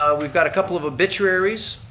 we've got a couple of obituaries.